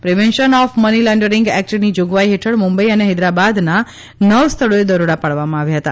પ્રિવેશન of money laundering એક્ટની જોગવાઈ હેઠળ મુંબઈ અને હૈદરાબાદના નવ સ્થળોએ દરોડા પાડવામાં આવ્યા હતા